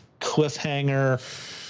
cliffhanger